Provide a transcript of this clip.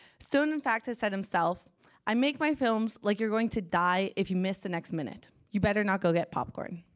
stone, in fact, has said himself i make my films like you're going to die if you miss the next minute. you better not go get popcorn.